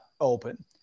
open